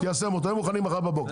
תיישם אותו, הם מוכנים מחר בבוקר.